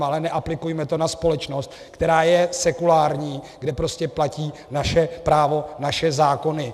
Ale neaplikujme to na společnost, která je sekulární, kde prostě platí naše právo, naše zákony.